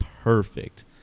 perfect